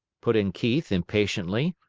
put in keith, impatiently.